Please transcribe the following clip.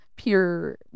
Pure